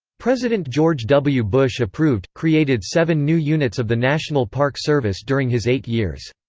president george w. bush approved created seven new units of the national park service during his eight years.